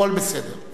הכול בסדר.